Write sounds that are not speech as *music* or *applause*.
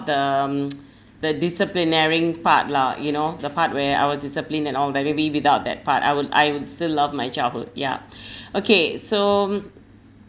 the um *noise* the disciplinaring part lah you know the part where I was disciplined and all maybe without that part I would I would still love my childhood yup *breath* okay so